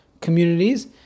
communities